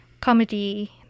comedy